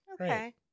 Okay